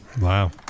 Wow